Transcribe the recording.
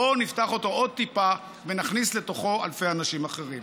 בואו נפתח אותו עוד טיפה ונכניס לתוכו אלפי אנשים אחרים.